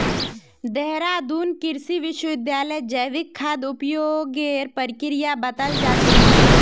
देहरादून कृषि विश्वविद्यालयत जैविक खाद उपयोगेर प्रक्रिया बताल जा छेक